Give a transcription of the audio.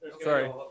sorry